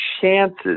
chances